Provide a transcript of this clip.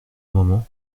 moment